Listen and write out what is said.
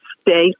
stay